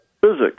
physics